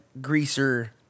greaser